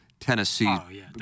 Tennessee